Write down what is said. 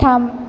थाम